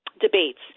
debates